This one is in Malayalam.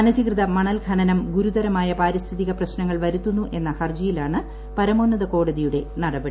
അനധികൃത മണൽ ഖനനം ഗുരുതരമായ പാരിസ്ഥിതിക പ്രശ്നങ്ങൾ വരുത്തുന്നു എന്ന ഹർജിയിലാണ് പരമോന്നത കോടതിയുടെ നടപടി